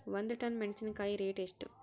ಒಂದು ಟನ್ ಮೆನೆಸಿನಕಾಯಿ ರೇಟ್ ಎಷ್ಟು?